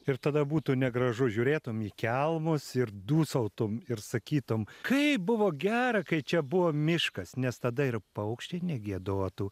ir tada būtų negražu žiūrėtum į kelmus ir dūsautum ir sakytum kaip buvo gera kai čia buvo miškas nes tada ir paukščiai negiedotų